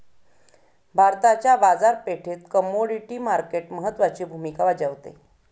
भारताच्या बाजारपेठेत commodity market महत्त्वाची भूमिका बजावते